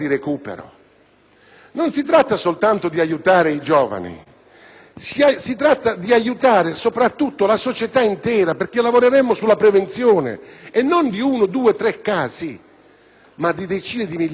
Non si tratta soltanto di aiutare i giovani, ma si tratta di aiutare la società intera, perché lavoreremmo sulla prevenzione e non di uno, due o tre casi, ma di decine di migliaia di giovani.